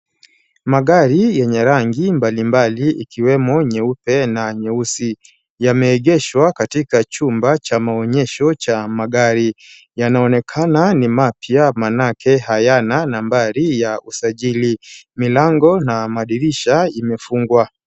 Magari yenye rangi mbalimbali ikiwemo nyeupe na nyeusi, yameegeshwa katika chumba cha maonyesho cha magari. Yanaonekana ni mapya maanake hayana nambari ya usajili. Milango na madirisha imefungwa.